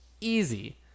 easy